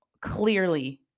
clearly